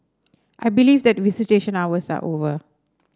I believe that visitation hours are over